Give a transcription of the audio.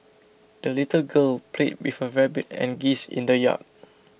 the little girl played with her rabbit and geese in the yard